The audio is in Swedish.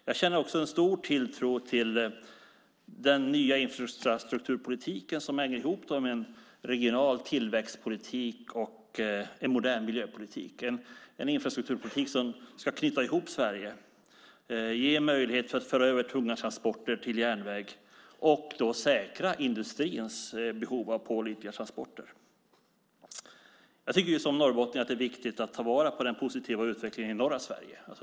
Jag känner en stor tilltro till den nya infrastrukturpolitik som hänger ihop med en regional tillväxtpolitik och en modern miljöpolitik, en infrastrukturpolitik som ska knyta ihop Sverige, ge möjlighet att föra över tunga transporter till järnväg och säkra industrins behov av pålitliga transporter. Jag tycker som norrbottning att det är viktigt att ta vara på den positiva utvecklingen i norra Sverige.